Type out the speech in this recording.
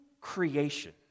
creation